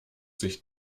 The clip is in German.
sich